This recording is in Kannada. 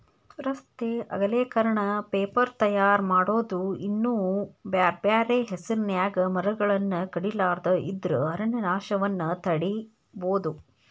ರಸ್ತೆ ಅಗಲೇಕರಣ, ಪೇಪರ್ ತಯಾರ್ ಮಾಡೋದು ಇನ್ನೂ ಬ್ಯಾರ್ಬ್ಯಾರೇ ಹೆಸರಿನ್ಯಾಗ ಮರಗಳನ್ನ ಕಡಿಲಾರದ ಇದ್ರ ಅರಣ್ಯನಾಶವನ್ನ ತಡೇಬೋದು